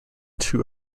two